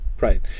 Right